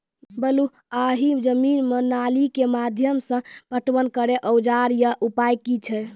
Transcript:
बलूआही जमीन मे नाली के माध्यम से पटवन करै औजार या उपाय की छै?